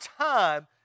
time